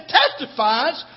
testifies